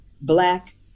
black